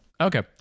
Okay